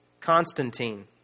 Constantine